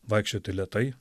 vaikščioti lėtai